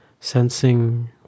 Sensing